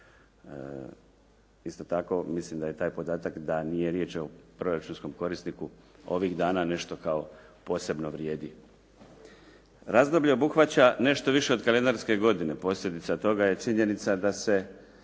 Isto tako mislim da je podatak da nije riječ o proračunskom korisniku ovih dana nešto kao posebno vrijedi. Razdoblje obuhvaća nešto više od kalendarske godine. posljedica je toga činjenica da se